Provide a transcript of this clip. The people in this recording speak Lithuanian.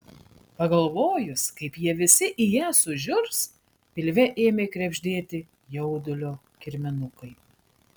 pagalvojus kaip jie visi į ją sužiurs pilve ėmė krebždėti jaudulio kirminukai